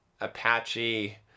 Apache